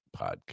Podcast